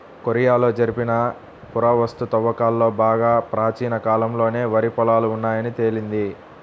కొరియాలో జరిపిన పురావస్తు త్రవ్వకాలలో బాగా ప్రాచీన కాలంలోనే వరి పొలాలు ఉన్నాయని తేలింది